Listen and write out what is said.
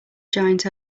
giant